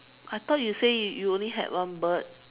I thought you say you only had one bird